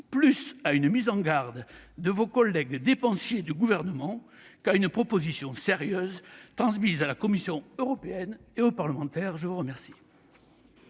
plus à une mise en garde pour vos collègues dépensiers du Gouvernement qu'à une proposition sérieuse transmise à la Commission européenne et aux parlementaires. La parole